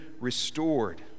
restored